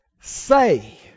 say